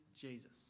Jesus